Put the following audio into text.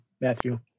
matthew